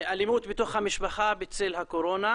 אלימות בתוך המשפחה בצל הקורונה.